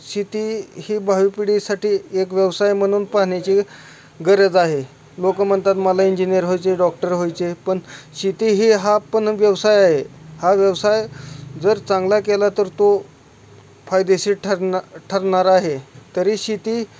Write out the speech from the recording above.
शेती ही भावी पिढीसाठी एक व्यवसाय म्हणून पाहण्याची गरज आहे लोक म्हणतात मला इंजिनियर व्हायचे डॉक्टर व्हायचे पण शेती ही हा पण व्यवसाय आहे हा व्यवसाय जर चांगला केला तर तो फायदेशीर ठरणार ठरणार आहे तरी शेती